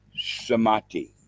samati